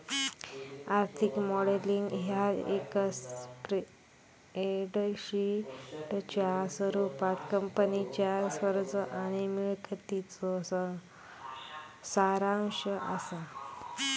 आर्थिक मॉडेलिंग ह्या एक स्प्रेडशीटच्या स्वरूपात कंपनीच्या खर्च आणि मिळकतीचो सारांश असा